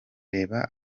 reba